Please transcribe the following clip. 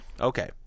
Okay